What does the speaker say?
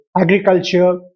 agriculture